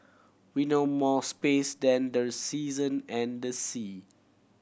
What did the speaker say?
we know more space than the season and the sea